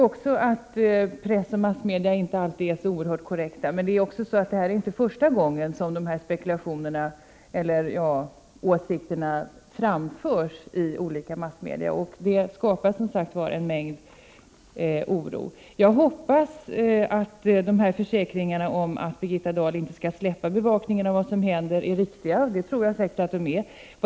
Också jag vet att massmedia inte alltid är helt korrekta, men detta är inte första gången som dessa åsikter framförs, vilket skapar en stark oro. Jag hoppas och tror att försäkringarna om att Birgitta Dahl inte skall släppa bevakningen av vad som händer är riktiga.